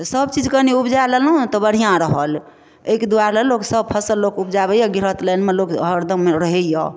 तऽ सबचीज कनी ऊपजाए लेलहुँ तऽ बढ़िआँ रहल एहिके दुआरे लोक सब फसल लोक ऊपजाबैए गृहस्थ लाइनमे लोक हरदम रहैए